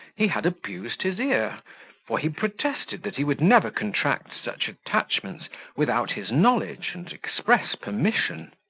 he had abused his ear for he protested that he would never contract such attachments without his knowledge and express permission.